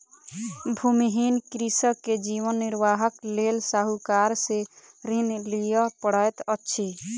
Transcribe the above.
भूमिहीन कृषक के जीवन निर्वाहक लेल साहूकार से ऋण लिअ पड़ैत अछि